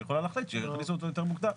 היא יכולה להחליט שיכניסו אותו יותר מוקדם.